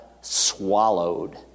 swallowed